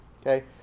Okay